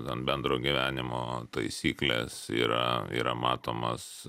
gan bendro gyvenimo taisyklės yra yra matomas